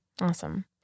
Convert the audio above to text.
awesome